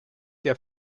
der